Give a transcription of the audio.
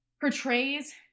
portrays